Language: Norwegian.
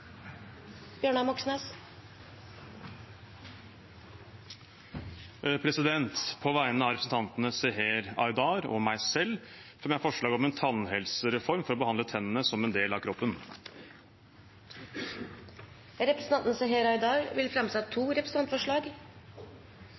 På vegne av representanten Seher Aydar og meg selv fremmer jeg et forslag om en tannhelsereform for å behandle tennene som en del av kroppen. Representanten Seher Aydar vil framsette to